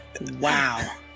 Wow